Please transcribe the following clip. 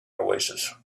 oasis